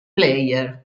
player